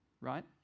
right